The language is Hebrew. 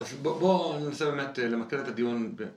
בואו ננסה באמת למקד את הדיון ב...